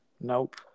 Nope